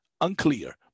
unclear